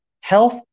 Health